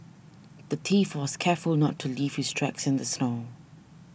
the thief was careful not to leave his tracks in the snow